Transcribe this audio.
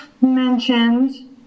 mentioned